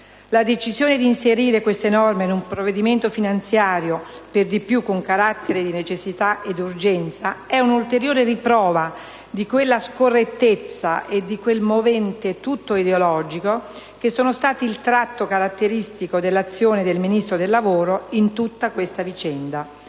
La decisione di inserire queste norme in un provvedimento finanziario, per di più con carattere di necessità ed urgenza, è un'ulteriore riprova di quella scorrettezza e di quel movente tutto ideologico che sono stati il tratto caratteristico dell'azione del Ministro del lavoro in tutta questa vicenda.